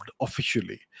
officially